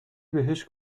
بهش